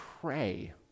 pray